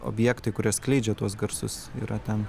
objektai kurie skleidžia tuos garsus yra ten